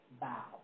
bow